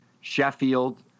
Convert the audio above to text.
Sheffield